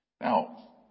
Now